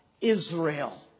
Israel